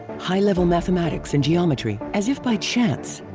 high-level mathematics and geometry, as if by chance.